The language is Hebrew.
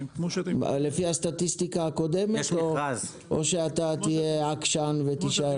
לפי הסטטיסטיקה הקודמת או שתהיה עקשן ותישאר?